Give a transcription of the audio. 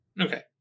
okay